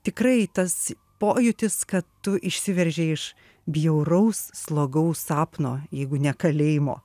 tikrai tas pojūtis kad tu išsiveržei iš bjauraus slogaus sapno jeigu ne kalėjimo